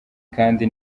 kandi